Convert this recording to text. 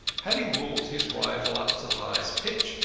having wrought his rival up to the highest pitch,